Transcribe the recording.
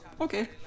Okay